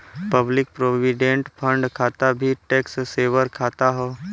public provident fund खाता भी tax saver खाता हौ